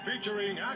featuring